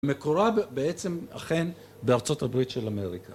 מקורה בעצם אכן בארצות הברית של אמריקה.